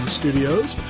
studios